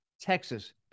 Texas